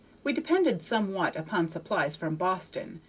we depended somewhat upon supplies from boston,